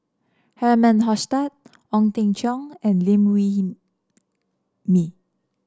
Herman Hochstadt Ong Teng Cheong and Liew Wee Mee